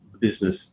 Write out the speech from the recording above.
business